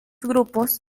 grupos